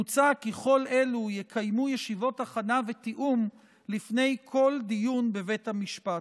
מוצע כי כל אלו יקיימו ישיבות הכנה ותיאום לפני כל דיון בבית המשפט.